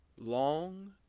long